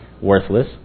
worthless